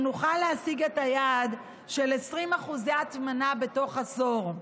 נוכל להשיג את היעד של 20% הטמנה בתוך עשור.